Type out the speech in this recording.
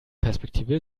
perspektive